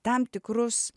tam tikrus